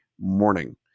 morning